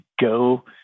go